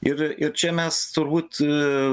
ir ir čia mes turbūt